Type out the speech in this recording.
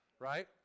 right